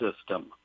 system